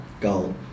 goal